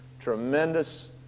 tremendous